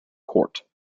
court